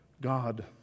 God